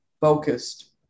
focused